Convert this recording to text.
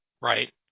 right